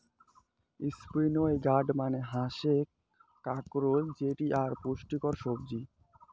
spiny gourd মানে হসে কাঁকরোল যেটি আক পুষ্টিকর সবজি